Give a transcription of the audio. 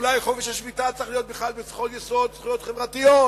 ואולי חופש השביתה צריך להיות בחוק-יסוד: זכויות חברתיות?